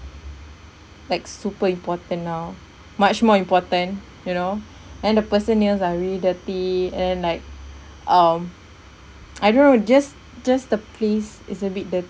like super important now much more important you know and the person nails are really dirty and then like um I don't know just just the place is a bit dirty